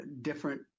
different